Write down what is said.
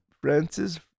Francis